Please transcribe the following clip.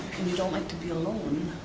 and you don't like to be alone.